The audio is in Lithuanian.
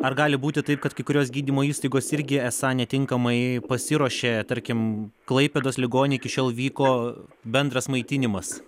ar gali būti taip kad kai kurios gydymo įstaigos irgi esą netinkamai pasiruošė tarkim klaipėdos ligoni iki šiol vyko bendras maitinimas